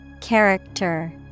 Character